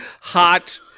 Hot